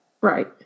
Right